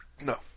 No